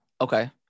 Okay